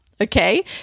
okay